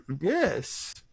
Yes